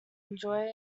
enjoy